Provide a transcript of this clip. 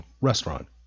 restaurant